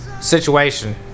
situation